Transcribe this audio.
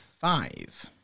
five